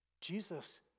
Jesus